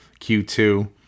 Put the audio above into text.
Q2